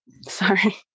sorry